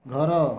ଘର